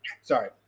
Sorry